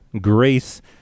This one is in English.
grace